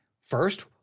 First